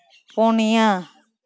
ᱯᱩᱱᱭᱟᱹ